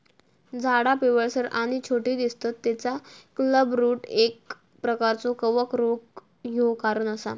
झाडा पिवळसर आणि छोटी दिसतत तेचा क्लबरूट एक प्रकारचो कवक रोग ह्यो कारण असा